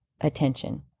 attention